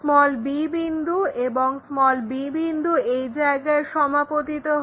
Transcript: b বিন্দু এবং b বিন্দু এই জায়গায় সমাপতিত হয়